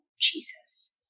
Jesus